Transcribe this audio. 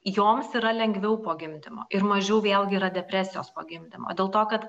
joms yra lengviau po gimdymo ir mažiau vėlgi yra depresijos po gimdymo dėl to kad